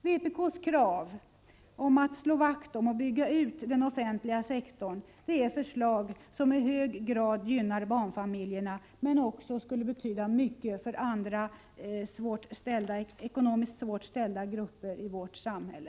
Vpk:s krav på att slå vakt om och bygga ut den offentliga sektorn gynnar i hög grad barnfamiljerna, men skulle också betyda mycket för andra ekonomiskt svårt ställda grupper i vårt samhälle.